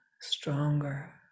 stronger